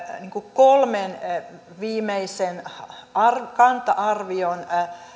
kolmen viimeisen kanta arvion